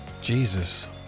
jesus